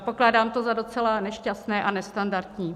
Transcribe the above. Pokládám to za docela nešťastné a nestandardní.